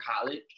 college